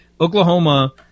Oklahoma